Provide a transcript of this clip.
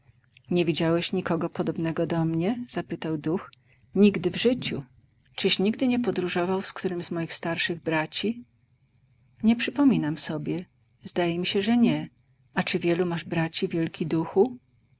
nie widziałeś nikogo podobnego do mnie zapytał duch nigdy w życiu czyś nigdy nie podróżował z którym z moich starszych braci nie przypominam sobie zdaje mi się że nie a czy wielu masz braci wielki duchu